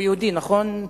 הוא יהודי, נכון?